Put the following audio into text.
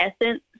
essence